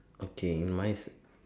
okay mine